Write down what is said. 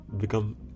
become